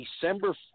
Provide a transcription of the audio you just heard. December